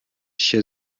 się